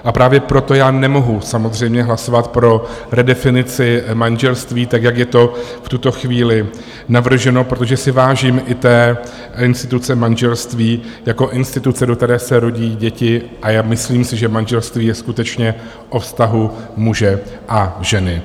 A právě proto já nemohu samozřejmě hlasovat pro redefinici manželství tak, jak je to v tuto chvíli navrženo, protože si vážím i té instituce manželství jako instituce, do které se rodí děti, a já si myslím, že manželství je skutečně o vztahu muže a ženy.